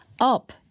up